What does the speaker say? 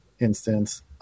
instance